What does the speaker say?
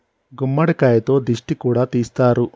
గుమ్మడికాయతో దిష్టి కూడా తీస్తారు